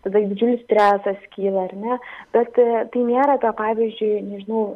tada didžiulis stresas kyla ar ne bet tai nėra ta pavyzdžiui nežinau